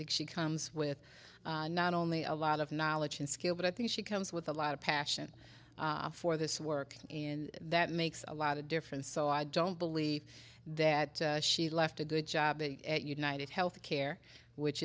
think she comes with not only a lot of knowledge and skill but i think she comes with a lot of passion for this work and that makes a lot of difference so i don't believe that she left a good job at united health care which